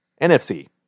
NFC